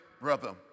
brother